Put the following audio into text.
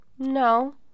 No